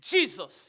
Jesus